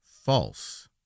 false